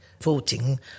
voting